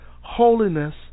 Holiness